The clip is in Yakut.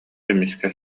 эмискэ